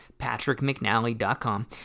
patrickmcnally.com